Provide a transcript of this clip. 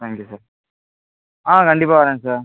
thank you sir ஆ கண்டிப்பாக வரேன் சார்